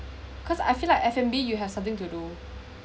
cause I feel like F and B you have something to do